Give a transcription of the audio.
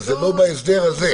אבל זה לא בהסדר הזה,